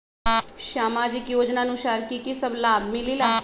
समाजिक योजनानुसार कि कि सब लाब मिलीला?